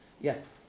Yes